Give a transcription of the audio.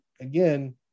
again